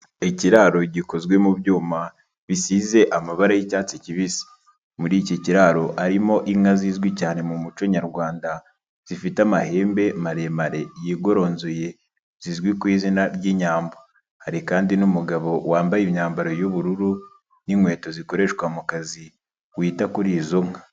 Ikiraro gikozwe mu byuma bisize amabara y'icyatsi kibisi, muri iki kiraro arimo inka zizwi cyane mu muco nyarwanda, zifite amahembe maremare yigoronzoye zizwi ku izina ry'Inyambo, hari kandi n'umugabo wambaye imyambaro y'ubururu n'inkweto zikoreshwa mu kazi wita kuri izo nka.